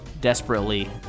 desperately